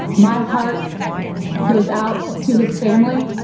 my heart goes out to his family.